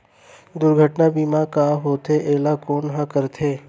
दुर्घटना बीमा का होथे, एला कोन ह करथे?